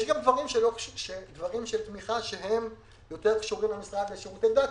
יש גם דברים של תמיכה שיותר קשורים למשרד לשירותי דת.